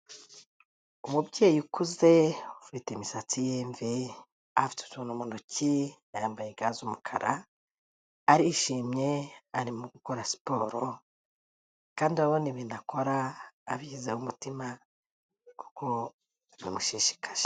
Umubyeyi ukuze ufite imisatsi y'imvi, afite utuntu mu ntoki yambaye ga z'umukara, arishimye arimo gukora siporo kandi urabona ibintu akora abishyizeho umutima kuko bimushishikaje.